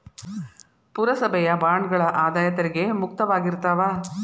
ಪುರಸಭೆಯ ಬಾಂಡ್ಗಳ ಆದಾಯ ತೆರಿಗೆ ಮುಕ್ತವಾಗಿರ್ತಾವ